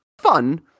fun